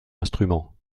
instruments